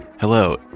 hello